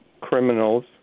criminals